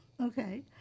Okay